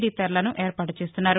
D తెరలను ఏర్పాటు చేస్తున్నారు